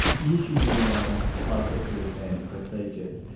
the issues around processes and procedures,